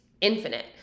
infinite